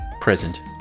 present